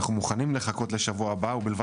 אנחנו מוכנים לחכות לשבוע הבא ובלבד